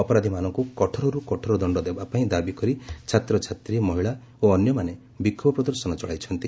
ଅପରାଧୀମାନଙ୍କୁ କଠୋରରୁ କଠୋର ଦଶ୍ଚ ଦେବାପାଇଁ ଦାବି କରି ଛାତ୍ରଛାତ୍ରୀ ମହିଳା ଓ ଅନ୍ୟମାନେ ବିକ୍ଷୋଭ ପ୍ରଦର୍ଶନ ଚଳାଇଛନ୍ତି